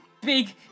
big